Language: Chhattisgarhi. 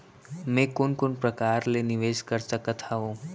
मैं कोन कोन प्रकार ले निवेश कर सकत हओं?